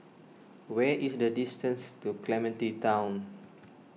where is the distance to Clementi Town